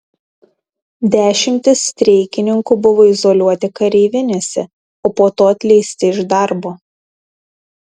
dešimtys streikininkų buvo izoliuoti kareivinėse o po to atleisti iš darbo